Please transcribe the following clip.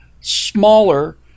smaller